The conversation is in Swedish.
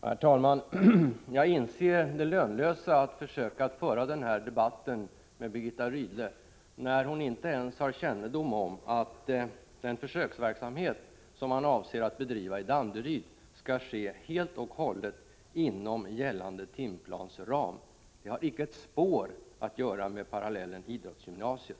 Herr talman! Jag inser det lönlösa i att försöka föra den här debatten med Birgitta Rydle, när hon inte ens har kännedom om att den försöksverksamhet som man avser att bedriva i Danderyd skall ske helt och hållet inom gällande timplansram. Det har icke ett spår att göra med en parallell till idrottsgymnasiet.